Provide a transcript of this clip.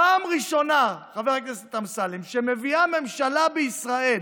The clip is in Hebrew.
פעם ראשונה, חבר הכנסת אמסלם, שמביאה ממשלה בישראל